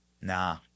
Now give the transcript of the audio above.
nah